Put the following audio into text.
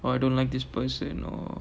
well I don't like this person or